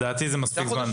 לדעתי זה מספיק זמן.